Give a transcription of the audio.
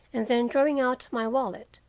and then drawing out my wallet,